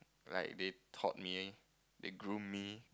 like they taught me they groom me